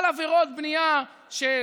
על עבירות בנייה של